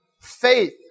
faith